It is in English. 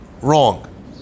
wrong